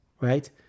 right